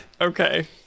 Okay